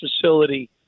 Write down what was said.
facility